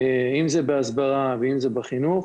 אם זה בהסברה ואם זה בחינוך.